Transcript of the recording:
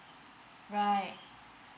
right